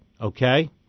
okay